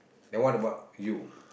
then what about you